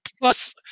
Plus